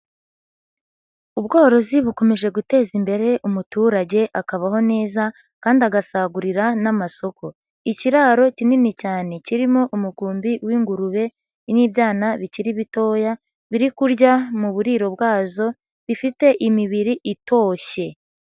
Ubworozi bukomeje guteza imbere umuturage akabaho neza, kandi agasagurira n'amasoko. lkiraro kinini cyane kirimo umukumbi w'ingurube n'ibyana bikiri bitoya, biri kurya mu buriro bwazo bifite imibiri itoshye.